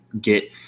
get